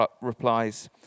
replies